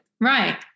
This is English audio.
Right